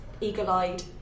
Eagle-eyed